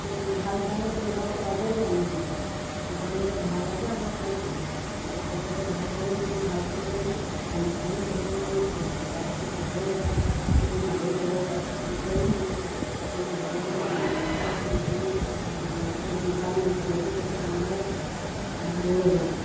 ভাল ধৰণে কৰি খাব পৰাটোৱেইতো আমি বিচাৰোঁ আৰু তেওঁলোকে ভাল হোৱাটোৱেই আমাৰ কাম্য আৰু তেওঁলোকে ভাল হৈ যদি ভাল কাম কৰি সমাজখনো গঢ়িব পাৰিব তাৰপিছত দেশৰো এজন যদি নাগৰিক হ'ব পাৰে তেতিয়াও মানে আমাৰ ভাল লাগিব আমি ল'ৰা ছোৱালী তুলি এজন ভাল মানুহ গঢ়িছোঁ তেতিয়া আমাৰে গৌৰৱ হ'ব